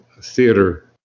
theater